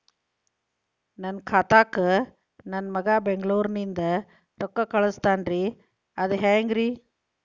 ನನ್ನ ಖಾತಾಕ್ಕ ನನ್ನ ಮಗಾ ಬೆಂಗಳೂರನಿಂದ ರೊಕ್ಕ ಕಳಸ್ತಾನ್ರಿ ಅದ ಹೆಂಗ್ರಿ?